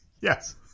Yes